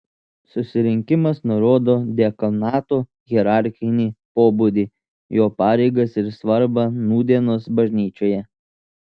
susirinkimas nurodo diakonato hierarchinį pobūdį jo pareigas ir svarbą nūdienos bažnyčioje